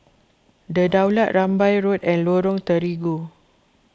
the Daulat Rambai Road and Lorong Terigu